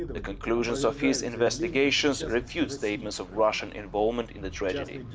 the conclusions of his investigations refute statements of russian involvement in the tragedy.